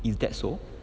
is that so